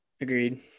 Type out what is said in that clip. agreed